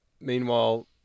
meanwhile